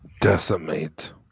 Decimate